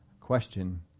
Question